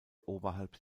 oberhalb